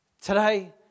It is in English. Today